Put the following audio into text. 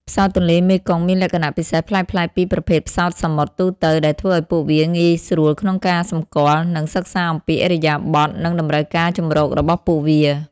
ផ្សោតទន្លេមេគង្គមានលក្ខណៈពិសេសប្លែកៗពីប្រភេទផ្សោតសមុទ្រទូទៅ ដែលធ្វើឱ្យពួកវាងាយស្រួលក្នុងការសម្គាល់ និងសិក្សាអំពីឥរិយាបថ និងតម្រូវការជម្រករបស់ពួកវា។